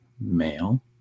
male